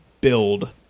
build